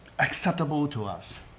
acceptable to us,